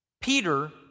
Peter